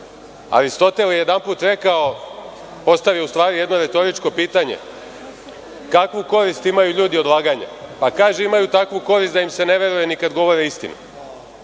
Aristotel je jednom postavio jedno retoričko pitanje: „Kakvu korist imaju ljudi od laganja?“ Pa kaže: „Imaju takvu korist da im se ne veruje ni kad govore